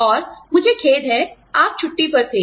और मुझे खेद है आप छुट्टी पर थे